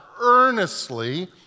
earnestly